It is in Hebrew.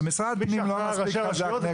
משרד הפנים לא מספיק חזק.